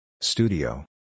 Studio